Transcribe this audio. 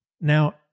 now